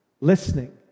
listening